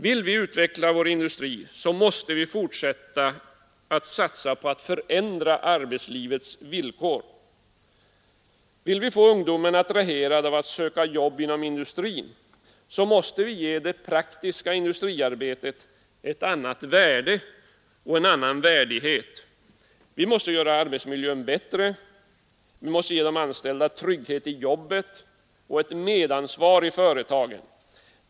Vill vi utveckla vår industri måste vi fortsätta att satsa på att förändra arbetslivets villkor. Vill vi få ungdomen attraherad av att söka jobb inom industrin måste vi ge det praktiska industrijobbet ett annat värde och en annan värdighet. Vi måste göra arbetsmiljön bättre, vi måste ge de anställda trygghet i jobbet och ett medansvar i företagen.